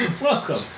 welcome